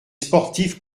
sportifs